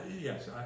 Yes